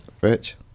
Rich